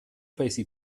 paesi